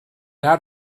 out